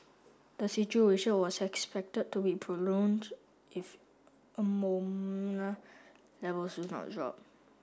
the situation was expected to be prolonged if ammonia levels do not drop